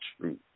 truth